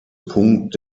punkt